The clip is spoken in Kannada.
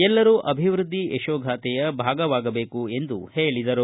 ಎಲ್ಲರೂ ಅಭಿವೃದ್ಧಿ ಯಶೋಗಾಥೆಯ ಭಾಗವಾಗಬೇಕು ಎಂದರು